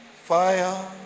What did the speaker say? fire